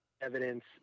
evidence